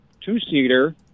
two-seater